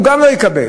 גם הם לא יקבלו,